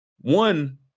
one